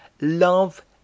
Love